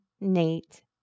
Nate